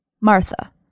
Martha